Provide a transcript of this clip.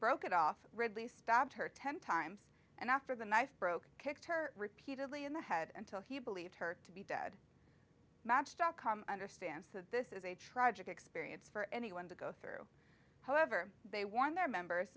broke it off ridley stabbed her ten times and after the knife broke kicked her repeatedly in the head and till he believed her to be dead match dot com understands that this is a tragic experience for anyone to go through however they want their members